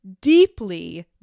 deeply